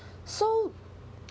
so